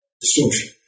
distortion